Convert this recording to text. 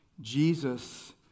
Jesus